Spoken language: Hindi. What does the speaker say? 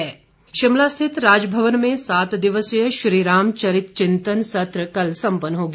राजभवन शिमला स्थित राजभवन में सात दिवसीय श्रीराम चरित चिंतन सत्र कल संपन्न हो गया